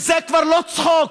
וזה כבר לא צחוק.